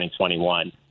2021